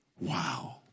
Wow